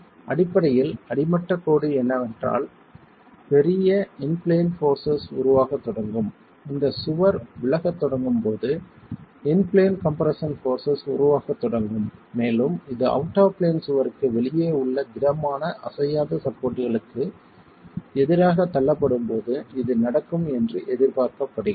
எனவே அடிப்படையில் அடிமட்டக் கோடு என்னவென்றால் பெரிய இன் பிளேன் போர்ஸஸ் உருவாகத் தொடங்கும் இந்தச் சுவர் விலகத் தொடங்கும் போது இன் பிளேன் கம்ப்ரெஸ்ஸன் போர்ஸஸ் உருவாகத் தொடங்கும் மேலும் இது அவுட் ஆப் பிளேன் சுவருக்கு வெளியே உள்ள திடமான அசையாத சப்போர்ட்களுக்கு எதிராகத் தள்ளப்படும்போது இது நடக்கும் என்று எதிர்பார்க்கப்படுகிறது